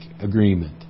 agreement